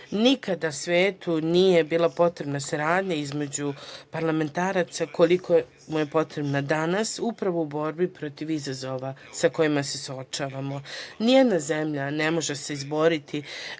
radi. Nikada svetu nije bila potrebna saradnja između parlamentaraca koliko mu je potrebna danas, upravo u borbi protiv izazova sa kojima se suočavamo. Nijedna zemalja ne može se izboriti